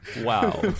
Wow